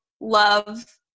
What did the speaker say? love